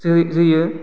जोयो